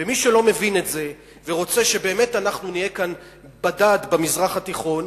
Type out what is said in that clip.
ומי שלא מבין את זה ורוצה שבאמת נהיה כאן בדד במזרח התיכון,